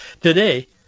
today